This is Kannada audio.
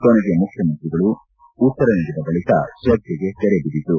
ಕೊನೆಗೆ ಮುಖ್ಯಮಂತ್ರಿಗಳು ಉತ್ತರ ನೀಡಿದ ಬಳಿಕ ಚರ್ಚೆಗೆ ತೆರೆ ಬಿದ್ದಿತು